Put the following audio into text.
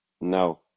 no